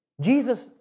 Jesus